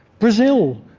brazil,